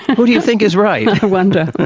who do you think is right? i wonder!